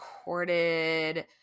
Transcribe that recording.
recorded